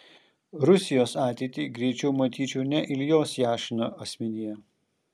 rusijos ateitį greičiau matyčiau ne iljos jašino asmenyje